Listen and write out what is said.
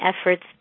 efforts